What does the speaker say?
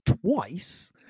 twice